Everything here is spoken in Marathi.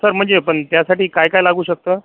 सर म्हणजे पण त्यासाठी काय काय लागू शकतं